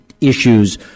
issues